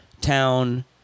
town